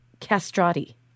castrati